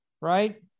Right